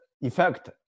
effect